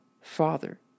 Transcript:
Father